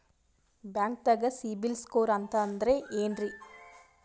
ಬ್ಯಾಂಕ್ದಾಗ CIBIL score ಅಂತ ಅಂದ್ರೆ ಏನ್ರೀ?